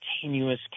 continuous